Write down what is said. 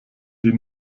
die